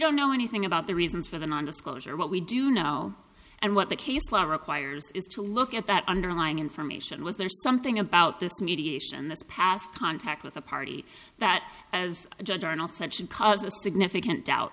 don't know anything about the reasons for the nondisclosure what we do know and what the case law requires is to look at that underlying information was there something about this mediation this past contact with a party that as a judge are not such and cause a significant doubt